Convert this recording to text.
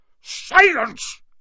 Silence